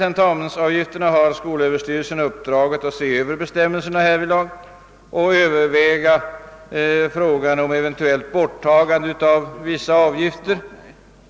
Skolöverstyrelsen har fått i uppdrag att se över bestämmelserna rörande tentamensavgifter och överväga frågan om ett eventuellt borttagande av vissa avgifter.